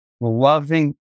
loving